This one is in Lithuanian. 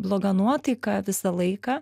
bloga nuotaika visą laiką